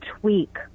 tweak